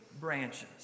branches